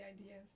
ideas